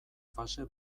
fase